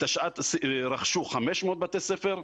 בתשע"ט רכשו 500 בתי ספר,